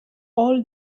all